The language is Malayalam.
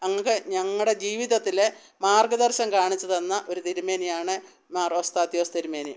അങ്ങക്ക് ഞങ്ങളുടെ ജീവിതത്തിൽ മാർഗ്ഗദർശനം കാണിച്ചു തന്ന ഒരു തിരുമേനിയാണ് മാറോസ്താതിയോസ് തിരുമേനി